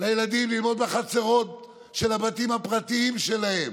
לילדים ללמוד בחצרות של הבתים הפרטיים שלהם,